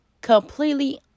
completely